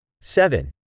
seven